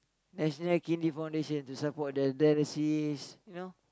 National-Kidney-Foundation to support the dialysis you know